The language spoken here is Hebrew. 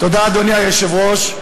אדוני היושב-ראש,